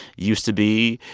used to be,